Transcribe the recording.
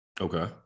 Okay